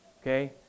okay